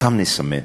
אותם נסמן.